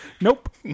Nope